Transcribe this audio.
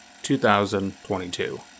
2022